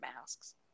masks